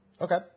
Okay